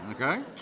Okay